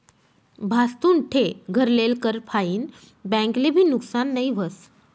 भाजतुन ठे घर लेल कर फाईन बैंक ले भी नुकसान नई व्हस